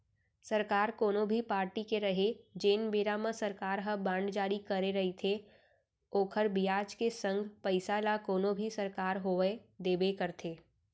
सरकार कोनो भी पारटी के रहय जेन बेरा म सरकार ह बांड जारी करे रइथे ओखर बियाज के संग पइसा ल कोनो भी सरकार होवय देबे करथे